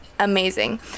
amazing